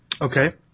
Okay